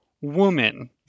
woman